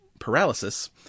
paralysis